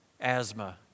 Asthma